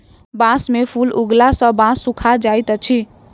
बांस में फूल उगला सॅ बांस सूखा जाइत अछि